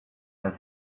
had